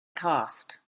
cost